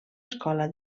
escola